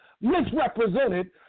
Misrepresented